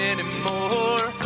Anymore